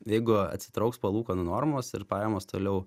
jeigu atsitrauks palūkanų normos ir pajamos toliau